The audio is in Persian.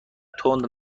تند